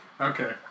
Okay